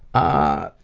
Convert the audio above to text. ah,